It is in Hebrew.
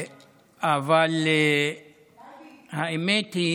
אבל האמת היא